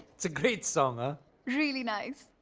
it's a great song! ah really nice.